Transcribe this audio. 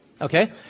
Okay